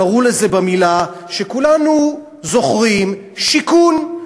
קראו לזה במילה שכולנו זוכרים: שיכון.